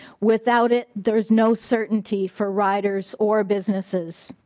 without it there is no certainty for writers or businesses.